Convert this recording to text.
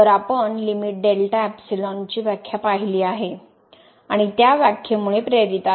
तर आपण limit delta epsilon ची व्याख्या पाहिली आहे आणि त्या व्याखेमुळे प्रेरित आहे